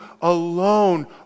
alone